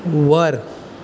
वर